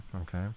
Okay